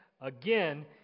Again